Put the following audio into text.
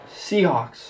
Seahawks